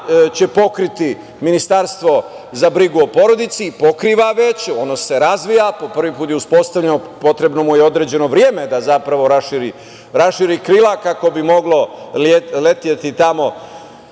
će pokriti Ministarstvo za brigu o porodici, i pokriva već. Ono se razvija, prvi put je uspostavljene, potrebno mu je određeno vreme zapravo da raširi krila kako bi moglo leteti tamo